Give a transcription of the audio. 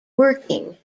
working